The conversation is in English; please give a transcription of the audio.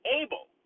able